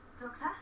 Doctor